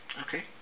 Okay